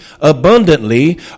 abundantly